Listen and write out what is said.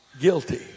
guilty